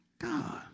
God